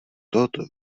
tohoto